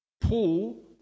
Paul